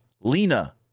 Lena